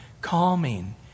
calming